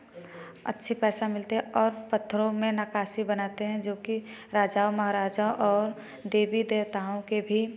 अच्छी पैसा मिलती है और पत्थरों में नक्काशी बनाते हैं जो कि राजा महाराजा और देवी देवताओं के भी